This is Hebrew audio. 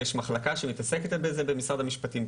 יש מחלקה שמתעסקת בזה במשרד המשפטים,